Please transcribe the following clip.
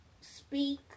speak